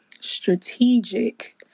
strategic